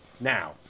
now